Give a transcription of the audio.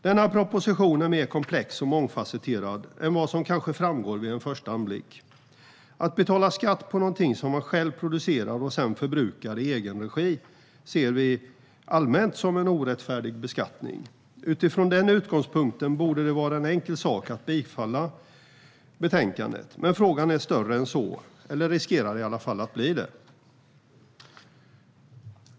Denna proposition är mer komplex och mångfasetterad än vad som kanske framgår vid en första anblick. Att betala skatt på någonting som man själv producerar och sedan förbrukar i egen regi ser vi allmänt som en orättfärdig beskattning. Utifrån den utgångspunkten borde det vara en enkel sak att bifalla förslaget. Men frågan är större än så, eller riskerar i alla fall att bli det.